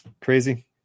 crazy